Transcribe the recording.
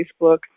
Facebook